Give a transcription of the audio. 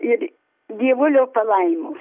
ir dievulio palaimos